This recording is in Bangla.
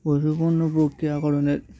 পশু পণ্য প্রক্রিয়াকরণের